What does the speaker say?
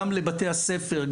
גם לבתי הספר,